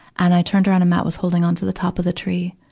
and i turned around, and matt was holding onto the top of the tree.